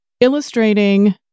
illustrating